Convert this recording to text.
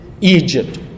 Egypt